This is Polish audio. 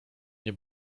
nie